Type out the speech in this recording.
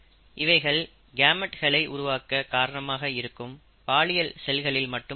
இவைகள் கேமெட்களை உருவாக்க காரணமாக இருக்கும் பாலியல் செல்களில் மட்டுமே நிகழும்